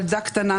ילדה קטנה,